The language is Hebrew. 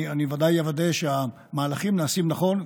אני ודאי אוודא שהמהלכים נעשים נכון,